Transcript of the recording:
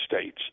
States